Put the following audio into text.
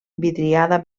vidriada